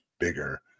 Bigger